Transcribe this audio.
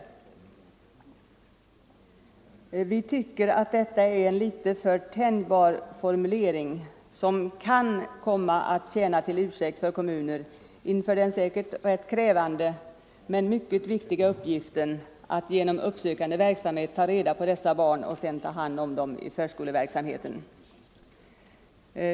Vi tycker att det är en litet för tänjbar formulering, som kan komma att tjäna som ursäkt för kommuner inför den säkert rätt krävande men mycket viktiga uppgiften att genom uppsökande verksamhet ta reda på dessa barn och därefter ta hand om dem i förskoleverksamheten.